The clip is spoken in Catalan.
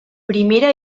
primera